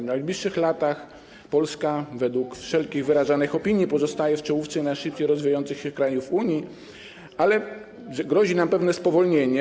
W najbliższych latach Polska według wszelkich wyrażanych opinii pozostanie w czołówce najszybciej rozwijających się krajów Unii, ale grozi nam pewne spowolnienie.